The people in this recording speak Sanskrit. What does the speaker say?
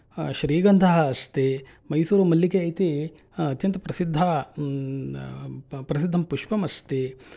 श्रीगन्धः अस्ति मैसूरुमल्लिगे इति अत्यन्तप्रसिद्धा प्रसिद्धं पुष्पम् अस्ति